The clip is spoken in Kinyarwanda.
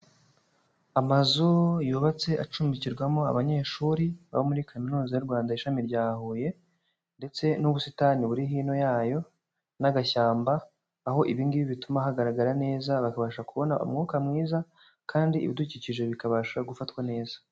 Amazu yubatse acumbikirwamo abanyeshuri baba muri Kaminuza y'u Rwanda, ishami rya Huye ndetse n'ubusitani buri hino yayo n'agashyamba, aho ibi ngibi bituma hagaragarara neza bakabasha kubona umwuka mwiza kandi ibidukikije bikabasha gufatwa neza.